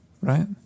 right